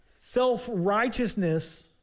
Self-righteousness